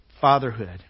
fatherhood